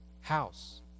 house